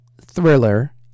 Thriller